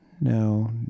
no